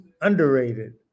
underrated